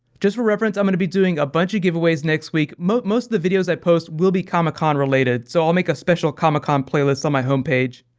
just for reference, i'm going to be doing a bunch of giveaways next week, most of the videos i post will be comic-con related, so i'll make a special comic-con playlist on my home page.